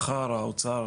מחר האוצר,